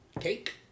Cake